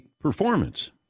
performance